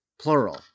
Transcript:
plural